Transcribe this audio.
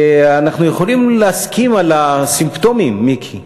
אנחנו יכולים להסכים על הסימפטומים, מיקי.